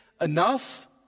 enough